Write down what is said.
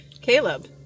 Caleb